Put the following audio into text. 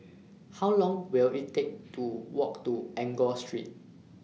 How Long Will IT Take to Walk to Enggor Street